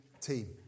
team